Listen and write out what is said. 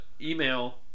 email